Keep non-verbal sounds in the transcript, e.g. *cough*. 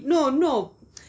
no no *noise*